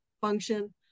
function